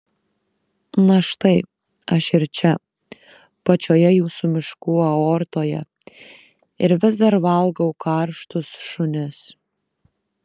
na štai aš ir čia pačioje jūsų miškų aortoje ir vis dar valgau karštus šunis